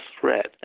threat